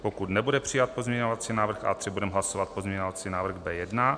Pokud nebude přijat pozměňovací návrh A3, budeme hlasovat pozměňovací návrh B1.